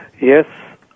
Yes